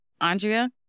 Andrea